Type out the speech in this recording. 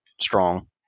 strong